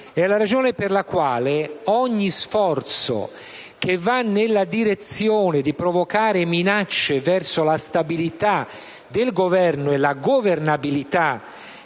è la ragione per la quale ogni iniziativa che va nella direzione di provocare minacce per la stabilità del Governo e per la governabilità,